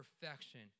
perfection